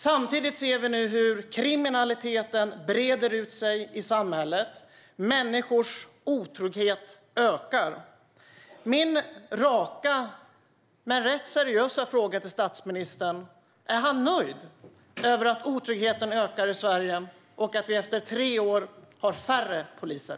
Samtidigt ser vi nu hur kriminaliteten breder ut sig i samhället. Människors otrygghet ökar. Min raka men rätt seriösa fråga till statsministern är: Är han nöjd med att otryggheten ökar i Sverige och att vi efter tre år har färre poliser?